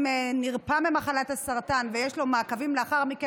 אם נרפא ממחלת הסרטן ויש לו מעקבים לאחר מכן,